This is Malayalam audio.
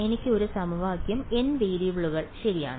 എനിക്ക് ഒരു സമവാക്യം n വേരിയബിളുകൾ ശരിയാണ്